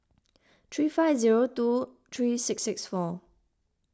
three five zero two three six six four